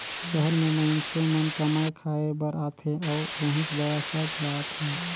सहर में मईनसे मन कमाए खाये बर आथे अउ उहींच बसत जात हें